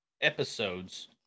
episodes